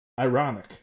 Ironic